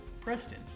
Preston